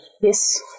Yes